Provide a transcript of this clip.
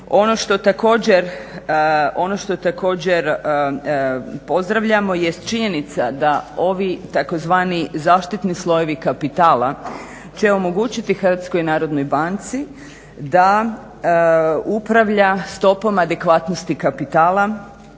Ono što također pozdravljamo jest činjenica da ovi takozvani zaštitni slojevi kapitala će omogućiti HNB-u da upravlja stopom adekvatnosti kapitala